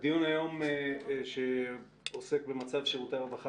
הדיון היום עוסק במצב שירותי הרווחה